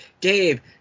dave